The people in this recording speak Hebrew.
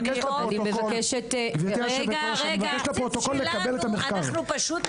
אפשר לקבל בבקשה את המחקרים שנעשו.